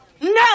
No